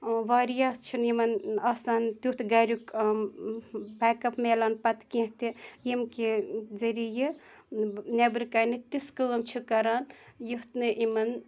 واریاہ چھِنہٕ یِمَن آسان تیُتھ گَریُک بیکَپ مِلان پَتہٕ کینٛہہ تہِ یٔمۍ کہِ ذٔریعہِ نٮ۪برٕ کَنہِ تِژھ کٲم چھِ کَران یُتھ نہٕ یِمَن